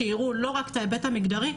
שיראו לא רק את ההיבט המגדרי,